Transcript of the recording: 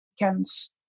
weekends